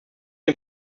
dem